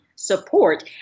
Support